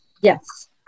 Yes